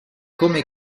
come